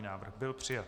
Návrh byl přijat.